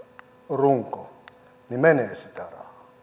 runko menee sitä rahaa